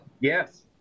Yes